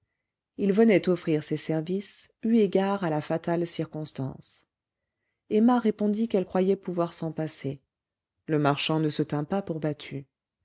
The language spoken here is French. il venait offrir ses services eu égard à la fatale circonstance emma répondit qu'elle croyait pouvoir s'en passer le marchand ne se tint pas pour battu